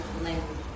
language